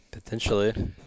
Potentially